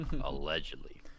Allegedly